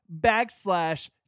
backslash